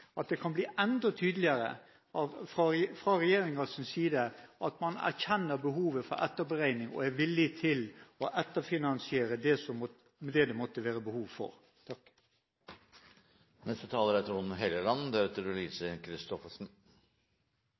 at det kan blir enda tydeligere fra regjeringens side at man erkjenner behovet for etterberegning og er villig til å etterfinansiere det som det måtte være behov for.